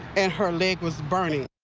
and her leg was burning.